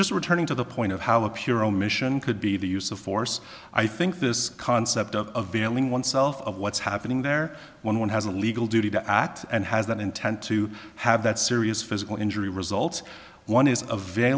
just returning to the point of how a pure omission could be the use of force i think this concept of dealing oneself of what's happening there when one has a legal duty to act and has an intent to have that serious physical injury results one is a ve